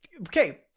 okay